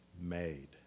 made